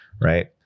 Right